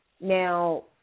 Now